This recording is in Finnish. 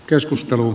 keskustelu